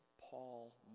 paul